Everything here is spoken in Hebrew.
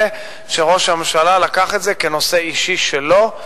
שראש הממשלה לקח את זה כנושא אישי שלו,